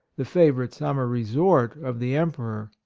the favorite summer resort of the emperor.